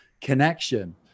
connection